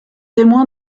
témoin